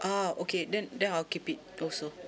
ah okay then then I'll keep it also